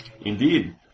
Indeed